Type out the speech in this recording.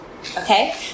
okay